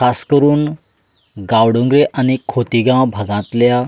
खास करून गांवडोंगरी आनी कोतिगांव भागांतल्या